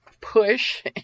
push